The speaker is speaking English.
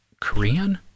Korean